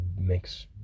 makes